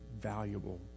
valuable